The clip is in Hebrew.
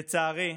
לצערי,